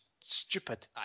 stupid